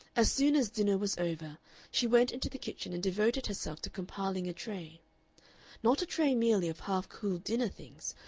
as soon as dinner was over she went into the kitchen and devoted herself to compiling a tray not a tray merely of half-cooled dinner things,